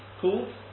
cool